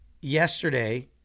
yesterday